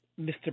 Mr